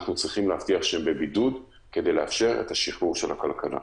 אנחנו צריכים להבטיח שהם בבידוד כדי לאפשר את השחרור של הכלכלה.